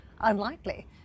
Unlikely